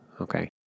Okay